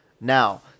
Now